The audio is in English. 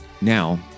Now